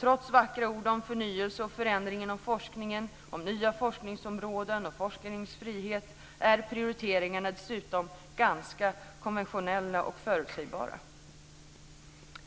Trots vackra ord om förnyelse och förändring inom forskningen, om nya forskningsområden och forskningens frihet är prioriteringarna dessutom ganska konventionella och förutsägbara.